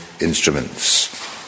instruments